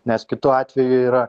nes kitu atveju yra